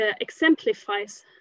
exemplifies